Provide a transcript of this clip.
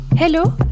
Hello